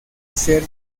ser